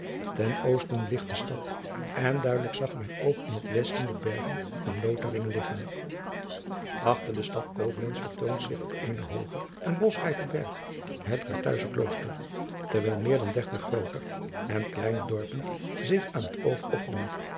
en oosten ligt de stad en duidelijk zag mijn oog in het westen de bergen van otharingen liggen chter de stad oblentz vertoont zich op eenen hoogen en boschrijken berg het arthuizer klooster terwijl meer dan dertig grooter en kleiner dorpen zich aan het oog opdoen